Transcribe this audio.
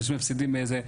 שאנשים מפסידים זה.